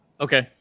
okay